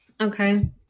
okay